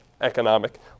economic